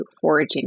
Foraging